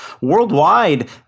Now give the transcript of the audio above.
worldwide